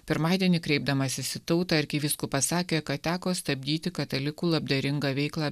pirmadienį kreipdamasis į tautą arkivyskupas sakė kad teko stabdyti katalikų labdaringą veiklą